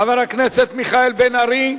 חבר הכנסת מיכאל בן-ארי,